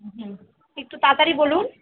হুম একটু তাড়াতাড়ি বলুন